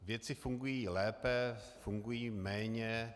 Věci fungují lépe, fungují méně.